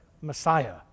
messiah